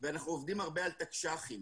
ואנחנו עובדים הרבה על תקש"חים